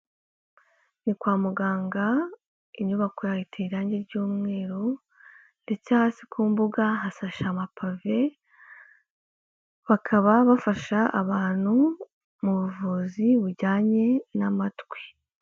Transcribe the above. Ni kwa muganga, inyubako yaho iteye irangi ry'umweru ndetse hasi ku mbuga hasashe amapave, bakaba bafasha abantu mu buvuzi bujyanye n'amatwi.